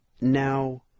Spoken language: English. Now